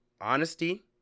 honesty